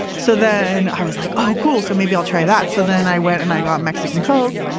so then i was like oh, cool. so maybe i'll try that. so then i went and i got mexican coke,